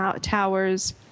towers